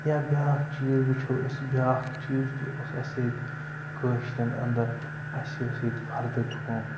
یا بیٛاکھ چیٖز وٕچھو أسۍ بیٛاکھ چیٖز تہِ اوس اَسہِ ییٚتہِ کٲشرٮ۪ن اَندَر اَسہِ ٲس ییٚتہِ فَردٕ کٲم